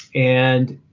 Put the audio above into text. and,